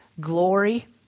glory